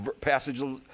passages